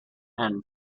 and